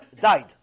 died